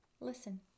Listen